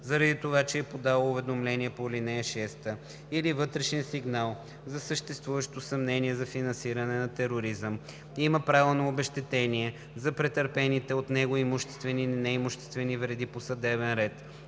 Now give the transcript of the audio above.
заради това че е подало уведомление по ал. 6 или вътрешен сигнал за съществуващо съмнение за финансиране на тероризъм, има право на обезщетение за претърпените от него имуществени и неимуществени вреди по съдебен ред,